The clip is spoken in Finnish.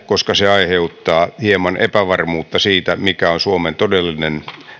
koska se aiheuttaa hieman epävarmuutta siitä mikä on suomen todellinen